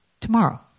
tomorrow